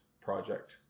project